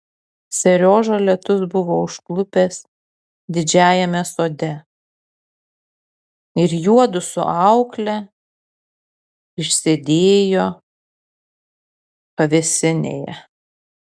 seriožą lietus buvo užklupęs didžiajame sode ir juodu su aukle išsėdėjo pavėsinėje